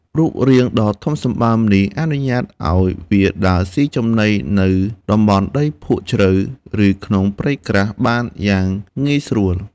រូបរាងដ៏ធំសម្បើមនេះ អនុញ្ញាតឲ្យវាដើរស៊ីចំណីនៅតំបន់ដីភក់ជ្រៅ ឬក្នុងព្រៃក្រាស់បានយ៉ាងងាយស្រួល។